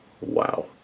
Wow